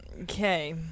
Okay